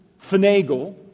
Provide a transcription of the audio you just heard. finagle